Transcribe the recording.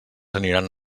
aniran